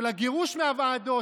של הגירוש מהוועדות,